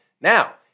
Now